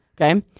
okay